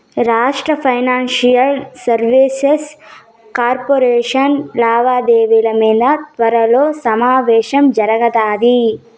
రాష్ట్ర financial services corporation లావాదేవిల మింద త్వరలో సమావేశం జరగతాది